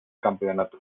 campeonato